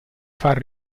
far